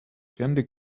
candy